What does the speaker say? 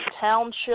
township